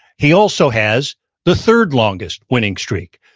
he also has the third longest winning streak.